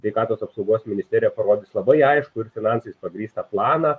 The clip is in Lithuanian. sveikatos apsaugos ministerija parodys labai aiškų ir finansais pagrįstą planą